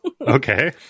Okay